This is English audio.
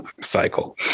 cycle